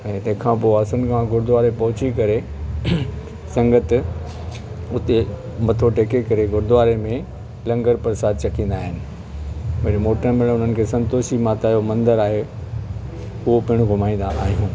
ऐं तंहिंखां पोइ आसनगांव गुरूद्वारे पहुची करे संगत उते मथो टेके करे गुरूद्वारे में लंगर प्रसाद चखींदा आहिनि वरी मोटणु महिल उन्हनि खे संतोषी माता मंदर आहे उहो पिणु घुमाईंदा आहियूं